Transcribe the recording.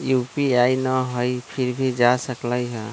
UPI न हई फिर भी जा सकलई ह?